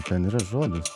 ten yra žodis